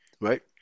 right